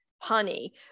honey